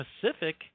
Pacific